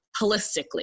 holistically